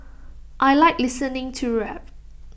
I Like listening to rap